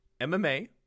MMA